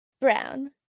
Brown